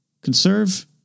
conserve